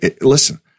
Listen